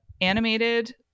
animated